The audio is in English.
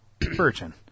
virgin